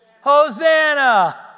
Hosanna